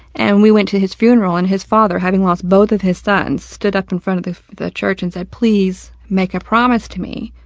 and we went to his funeral, and his father, having lost both of his sons, stood up in front of the the church and said, please, make a promise to me,